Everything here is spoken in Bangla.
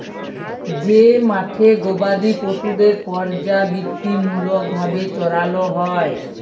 যে মাঠে গবাদি পশুদের পর্যাবৃত্তিমূলক ভাবে চরাল হ্যয়